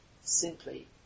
simply